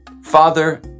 Father